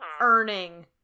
earning